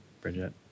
Bridget